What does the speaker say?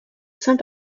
saint